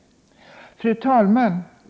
Fru talman!